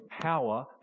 power